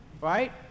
right